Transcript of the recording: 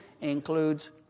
includes